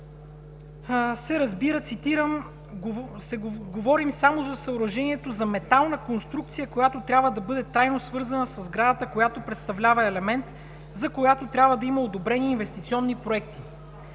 разбира, цитирам: „Говорим само за съоръжението за метална конструкция, която трябва да бъде трайно свързана със сградата, която представлява елемент, за която трябва да има одобрени инвестиционни проекти.“